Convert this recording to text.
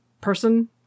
person